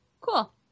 Cool